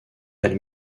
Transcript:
elle